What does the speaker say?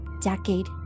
decade